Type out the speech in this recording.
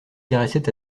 caressait